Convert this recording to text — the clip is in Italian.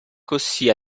così